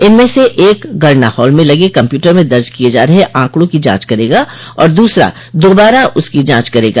इनमें से एक गणना हाल में लगे कम्प्यूटर में दर्ज किये जा रहे आंकड़ों की जांच करेगा और दूसरा दोबारा उसकी जांच करेगा